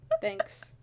Thanks